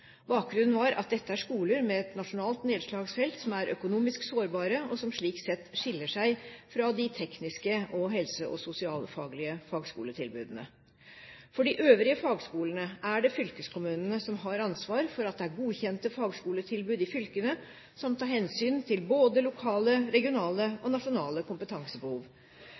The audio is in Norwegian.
Bakgrunnen var at dette er skoler med et nasjonalt nedslagsfelt som er økonomisk sårbare, og som slik sett skiller seg fra de tekniske og helse- og sosialfaglige fagskoletilbudene. For de øvrige fagskolene er det fylkeskommunene som har ansvar for at det er godkjente fagskoletilbud i fylkene som tar hensyn til både lokale, regionale og nasjonale kompetansebehov.